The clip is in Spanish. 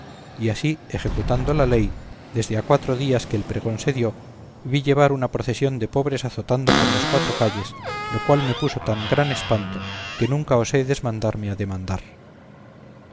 y así ejecutando la ley desde a cuatro días que el pregón se dio vi llevar una procesión de pobres azotando por las cuatro calles lo cual me puso tan gran espanto que nunca osé desmandarme a demandar